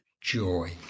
joy